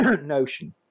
notion